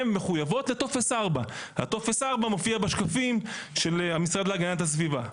הן מחויבות לטופס 4. טופס 4 מופיע בשקפים של המשרד להגנת הסביבה.